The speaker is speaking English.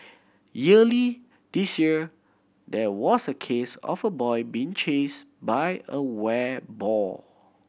earlier this year there was a case of a boy being chased by a wild boar